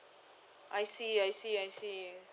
I see I see I see